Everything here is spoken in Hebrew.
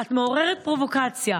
את מעוררת פרובוקציה.